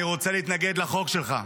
אני רוצה להתנגד לחוק שלך.